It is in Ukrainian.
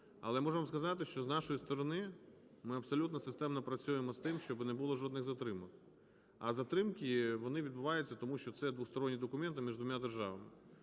Але можу вам сказати, що з нашої сторони ми абсолютно системно працюємо з тим, щоби не було жодних затримок. А затримки, вони відбуваються, тому що це двосторонні документи між двома державами.